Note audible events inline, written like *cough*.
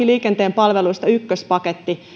*unintelligible* liikenteen palveluista ykköspaketti